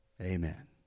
Amen